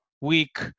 week